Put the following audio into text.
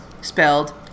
spelled